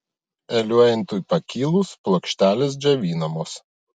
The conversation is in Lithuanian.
eliuentui pakilus plokštelės džiovinamos